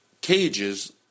cages